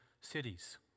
cities